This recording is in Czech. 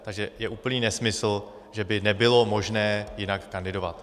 Takže je úplný nesmysl, že by nebylo možné jinak kandidovat.